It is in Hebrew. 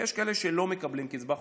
ויש כאלה שלא מקבלים קצבה חודשית,